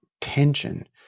tension